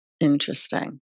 interesting